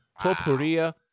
Topuria